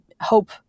hope